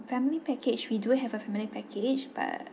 family package we do have a family package but